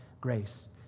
grace